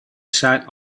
sat